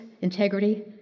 integrity